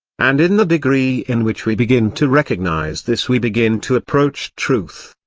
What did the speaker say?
and in the degree in which we begin to recognise this we begin to approach truth.